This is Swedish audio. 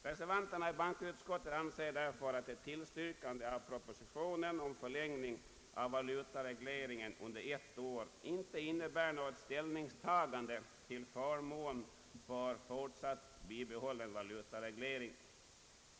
Reservanterna i bankoutskottet anser "därför att ett tillstyrkande av propositionen om förlängning av valutaregleringen under ett år inte innebär något "ställningstagande för fortsatt bibehållen valutareglering.